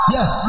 Yes